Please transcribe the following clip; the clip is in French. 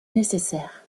nécessaire